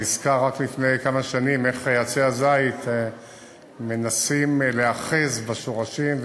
נזכר איך רק לפני כמה שנים עצי הזית היו מנסים להיאחז בשורשים,